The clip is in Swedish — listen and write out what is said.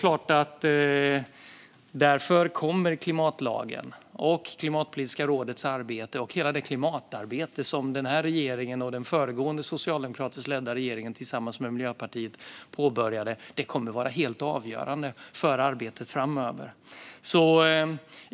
Därför kommer såklart klimatlagen, Klimatpolitiska rådets arbete och hela det klimatarbete som den här regeringen och den föregående socialdemokratiskt ledda regeringen påbörjade tillsammans med Miljöpartiet att vara helt avgörande för arbetet framöver.